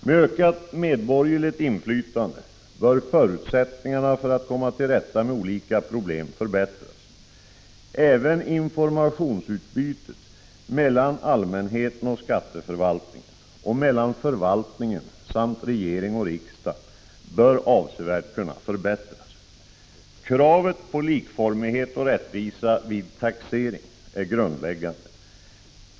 Med ökat medborgerligt inflytande bör förutsättningarna för att komma till rätta med olika problem förbättras. Även informationsutbytet mellan allmänheten och skatteförvaltningen resp. mellan förvaltningen samt regering och riksdag bör avsevärt kunna förbättras. Kravet på likformighet och rättvisa vid taxering är grundläggande.